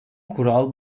kural